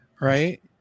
right